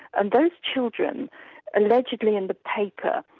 and those children allegedly in the paper,